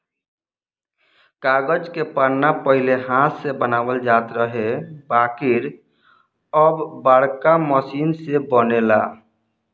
कागज के पन्ना पहिले हाथ से बनावल जात रहे बाकिर अब बाड़का मशीन से बनेला